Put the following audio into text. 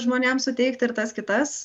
žmonėm suteikti ir tas kitas